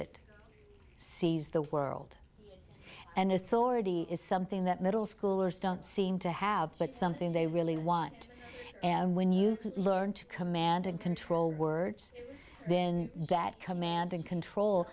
it sees the world and authorities is something that middle schoolers don't seem to have but something they really want and when you learn to command and control words then that command and control